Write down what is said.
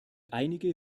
einige